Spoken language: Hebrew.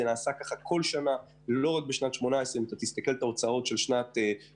זה ככה בכל שנה ולא רק בשנת 2018. אם תסתכל בהוצאות של סוף